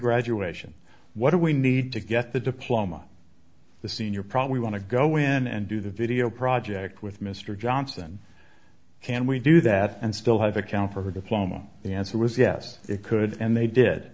graduation what do we need to get the diploma the senior probably want to go in and do the video project with mr johnson can we do that and still have account for her diploma the answer was yes it could and they did